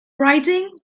writing